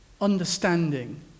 understanding